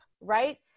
right